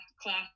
class